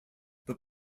but